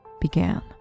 began